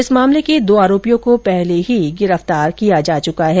इस मामले के दो आरोपियों को पहले ही गिरफ्तार किया जा चुका है